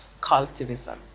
collectivism